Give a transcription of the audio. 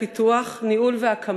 ועושרה בחרתי לפני שנים להתמקד ולהתפתח